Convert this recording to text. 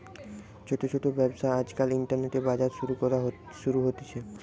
ছোট ছোট ব্যবসা আজকাল ইন্টারনেটে, বাজারে শুরু হতিছে